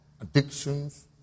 addictions